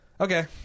okay